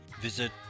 visit